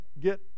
get